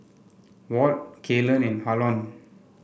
Walt Kaylan and Harlon